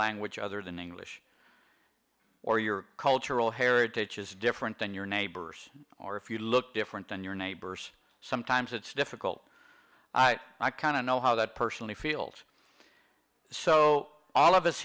language other than english or your cultural heritage is different than your neighbors or if you look different than your neighbors sometimes it's difficult i kind of know how that personally feels so all of us